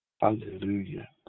Hallelujah